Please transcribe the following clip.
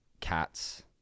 cats